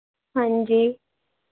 ਹਾਂਜੀ